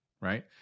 right